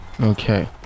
Okay